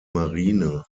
marine